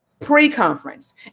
pre-conference